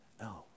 No